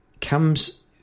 comes